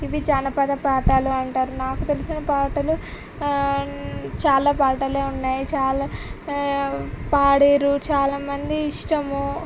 ఇవి జానపద పాటాలు అంటారు నాకు తెలిసిన పాటలు చాలా పాటలే ఉన్నాయి చాలా పాడారు చాలా మంది ఇష్టము